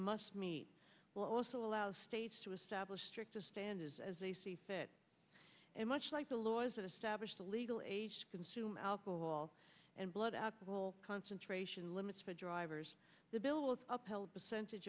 must meet will also allow states to establish stricter standards as they see fit and much like the laws of the legal age to consume alcohol and blood alcohol concentration limits for drivers the bill is upheld percentage